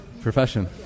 profession